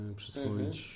przyswoić